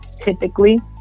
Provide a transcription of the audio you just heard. Typically